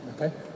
Okay